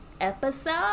episode